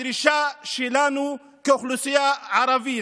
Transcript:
הדרישה שלנו כאוכלוסייה ערבית,